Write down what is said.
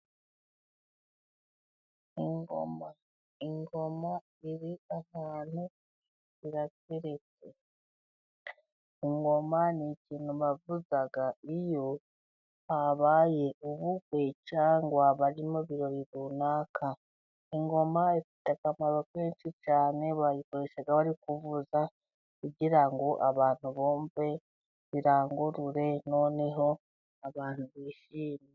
Ingoma ingoma iri ahantu irateretse, ingoma ni ikintu bavuza iyo habaye ubukwe cyangwa bari mu birori runaka, ingoma ifite akamaro kenshi cyane, bayikoresha bari kuyivuza kugira ngo abantu bumve birangurure noneho abantu bishime.